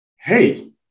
Hey